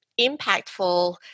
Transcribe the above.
impactful